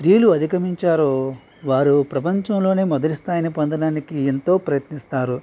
స్త్రీలు అధికమించారో వారు ప్రపంచంలోని మొదటి స్థాయిని పొందడానికి ఎంతో ప్రయత్నిస్తారు